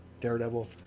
Daredevil